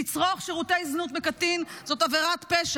לצרוך שירותי זנות מקטין זאת עבירת פשע,